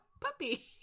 puppy